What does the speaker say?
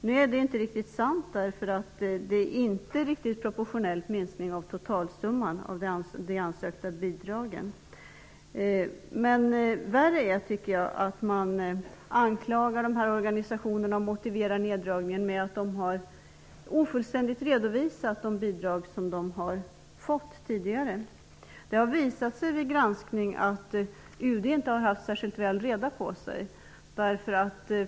Nu är det inte riktigt sant, det är inte riktigt proportionell minskning av totalsumman av de ansökta bidragen. Värre är, tycker jag, att man anklagar organisationerna för och motiverar neddragningen med att organisationerna ofullständigt redovisat de bidrag som de fått tidigare. Det har visat sig vid en granskning att UD inte har särskilt god reda.